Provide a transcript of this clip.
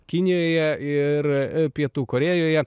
kinijoje ir pietų korėjoje